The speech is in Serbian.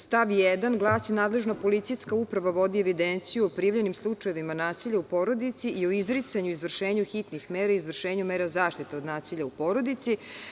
Stav 1. glasi – nadležna policijska uprava vodi evidenciju o prijavljenim slučajevima nasilja u porodici i o izricanju i izvršenju hitnih mera i izvršenju mera zaštite od nasilja u porodici.